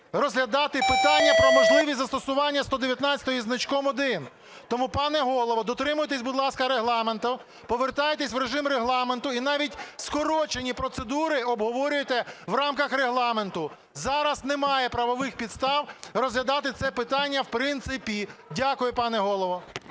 розглядати питання про можливість застосування 119-ї зі значком 1. Тому, пане Голово, дотримуйтесь, будь ласка, Регламенту, повертайтесь в режим Регламенту і навіть скорочені процедури обговорюйте в рамках Регламенту. Зараз немає правових підстав розглядати це питання в принципі. Дякую, пане Голово.